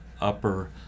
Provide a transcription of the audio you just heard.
upper